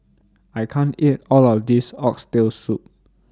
I can't eat All of This Oxtail Soup